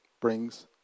brings